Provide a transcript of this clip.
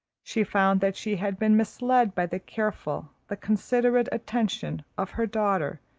she found that she had been misled by the careful, the considerate attention of her daughter,